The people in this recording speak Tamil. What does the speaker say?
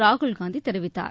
ராகுல்காந்தி தெரிவித்தார்